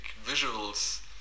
visuals